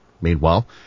Meanwhile